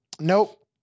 Nope